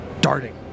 darting